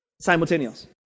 simultaneous